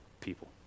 people